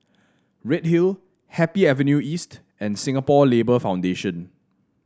Redhill Happy Avenue East and Singapore Labour Foundation